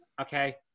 Okay